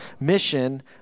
Mission